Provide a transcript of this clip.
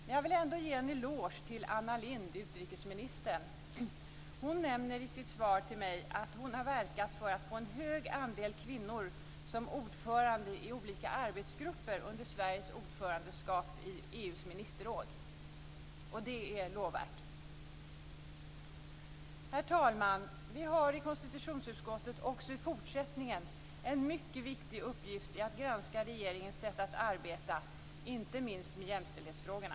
Men jag vill ändå ge en eloge till utrikesminister Anna Lindh. Hon nämner i sitt svar till mig att hon har verkat för att få en hög andel kvinnor som ordförande i olika arbetsgrupper under Sveriges ordförandeskap i EU:s ministerråd, och det är lovvärt. Herr talman! Vi har i konstitutionsutskottet också i fortsättningen en mycket viktig uppgift i att granska regeringens sätt att arbeta, inte minst med jämställdhetsfrågorna.